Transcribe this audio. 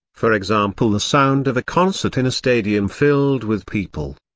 for example the sound of a concert in a stadium filled with people.